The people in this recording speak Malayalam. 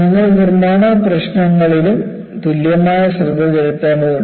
നിങ്ങൾ നിർമ്മാണ പ്രശ്നങ്ങളിലും തുല്യമായ ശ്രദ്ധ ചെലുത്തേണ്ടതുണ്ട്